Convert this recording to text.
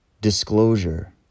disclosure